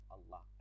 Allah